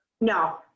No